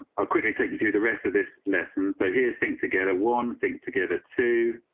ah quickly take you through the rest of this lesson? so here's think together one thing together too.